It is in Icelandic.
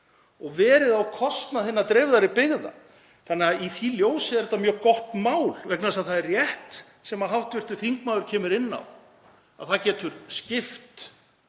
og verið á kostnað hinna dreifðari byggða. Í því ljósi er þetta mjög gott mál vegna þess að það er rétt sem hv. þingmaður kemur inn á að það getur skipt